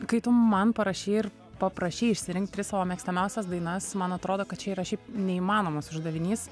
kai tu man parašei ir paprašei išsirinkt tris savo mėgstamiausias dainas man atrodo kad čia yra šiaip neįmanomas uždavinys